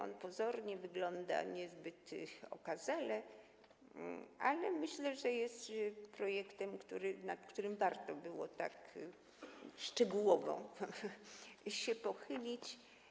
On pozornie wygląda niezbyt okazale, ale myślę, że jest projektem, nad którym warto było tak szczegółowo się pochylić.